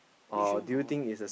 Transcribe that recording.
mission for what